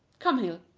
come, hill.